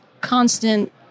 constant